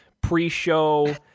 pre-show